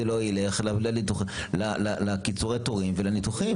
זה לא יילך לקיצורי תורים ולניתוחים.